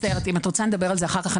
אני מצטערת, אם את רוצה, נדבר על זה אחר כך.